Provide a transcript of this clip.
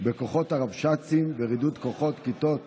בכוחות הרבש"צים ורידוד כוחות כיתות